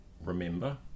remember